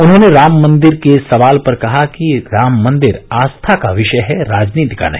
उन्होंने राम मन्दिर के सवाल पर कहा कि राम मन्दिर आस्था का विषय है राजनीति का नहीं